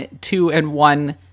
two-and-one